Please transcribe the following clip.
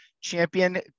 champion